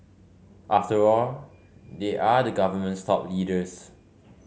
after all they are the government's top leaders